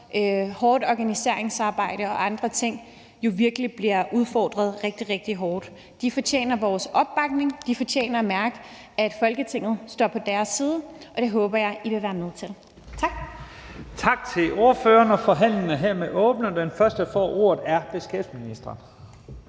hårdt organiseringsarbejde og andre ting jo virkelig bliver udfordret rigtig, rigtig hårdt. De fortjener vores opbakning. De fortjener at mærke, at Folketinget står på deres side, og det håber jeg I vil være med til. Tak.